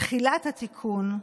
תחילת התיקון,